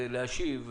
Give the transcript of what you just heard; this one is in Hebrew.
להשיב,